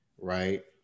Right